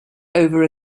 over